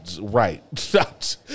Right